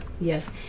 yes